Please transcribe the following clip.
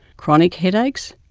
chronic headaches,